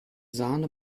sahne